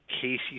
Casey